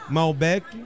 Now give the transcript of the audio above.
Malbec